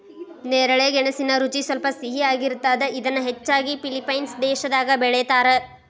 ನೇರಳೆ ಗೆಣಸಿನ ರುಚಿ ಸ್ವಲ್ಪ ಸಿಹಿಯಾಗಿರ್ತದ, ಇದನ್ನ ಹೆಚ್ಚಾಗಿ ಫಿಲಿಪೇನ್ಸ್ ದೇಶದಾಗ ಬೆಳೇತಾರ